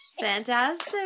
Fantastic